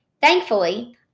Thankfully